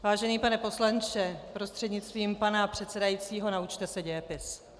Vážený pane poslanče prostřednictvím pana předsedajícího, naučte se dějepis!